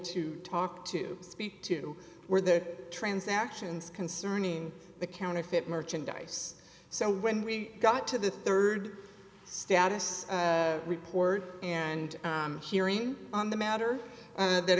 to talk to speak to were there transactions concerning the counterfeit merchandise so when we got to the rd status report and hearing on the matter that